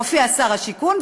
הופיע שר הבינוי והשיכון,